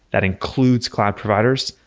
that includes cloud providers.